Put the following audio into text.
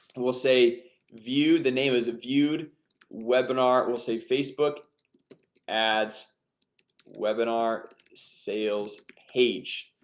we'll say view the name is a viewed webinar we'll say facebook ads webinar sales page.